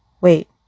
wait